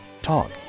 Talk